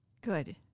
Good